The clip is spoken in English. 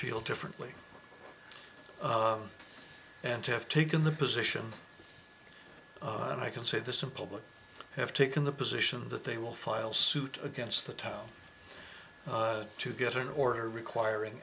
feel differently and have taken the position that i can say the simple but i have taken the position that they will file suit against the town to get an order requiring